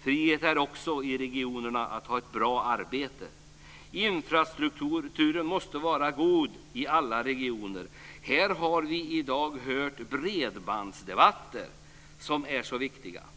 Frihet är också i regionerna att ha ett bra arbete. Infrastrukturen måste vara god i alla regioner. Här har vi i dag hört bredbandsdebatter, som är så viktiga.